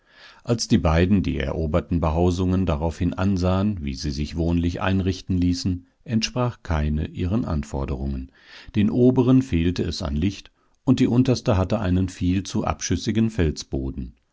als die beiden die eroberten behausungen daraufhin ansahen wie sie sich wohnlich einrichten ließen entsprach keine ihren anforderungen den oberen fehlte es an licht und die unterste hatte einen viel zu abschüssigen